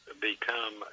become